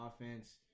offense